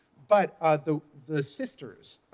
but ah the the sisters,